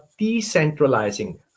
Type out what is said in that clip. decentralizing